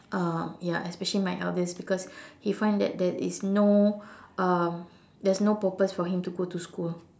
um ya especially my eldest because he find that there is no um there's no purpose for him to go to school